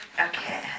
Okay